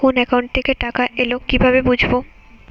কোন একাউন্ট থেকে টাকা এল কিভাবে বুঝব?